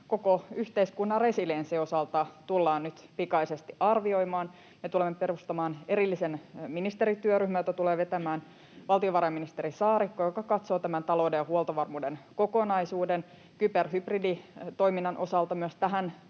koko yhteiskunnan resilienssin osalta tätä tullaan nyt pikaisesti arvioimaan, ja tulemme perustamaan erillisen ministerityöryhmän, jota tulee vetämään valtiovarainministeri Saarikko ja joka katsoo tämän talouden ja huoltovarmuuden kokonaisuuden. Myös kyber- ja hybriditoiminnan osalta tähän